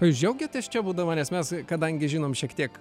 o jūs džiaugiatės čia būdama nes mes kadangi žinom šiek tiek